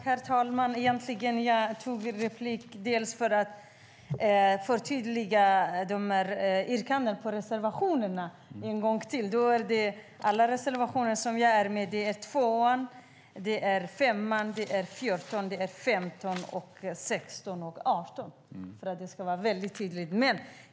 Herr talman! Jag begärde replik bland annat för att förtydliga mina yrkanden. Jag yrkar bifall till alla reservationer som jag är med på. Det är reservationerna 2, 5, 14, 15, 16 och 18 - för att det ska vara tydligt.